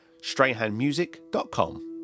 strahanmusic.com